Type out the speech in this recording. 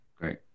Great